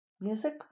music